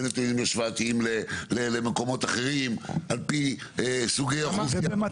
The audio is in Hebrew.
בנתונים השוואתיים למקומות אחרים על פי סוגי אוכלוסיות וכו'.